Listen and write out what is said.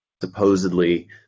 Supposedly